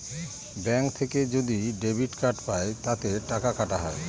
bank থেকে যদি debit card পাই তাতে করে টাকা কাটা হয়